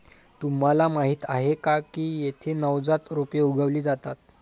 तुम्हाला माहीत आहे का की येथे नवजात रोपे उगवली जातात